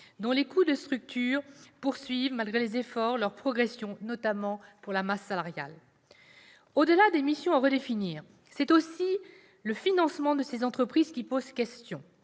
dont les coûts de structure poursuivent, malgré les efforts, leur progression, notamment quant à la masse salariale. Au-delà des missions à redéfinir, c'est aussi le financement de ces entreprises qui pose question.